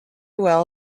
well